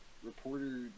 reporter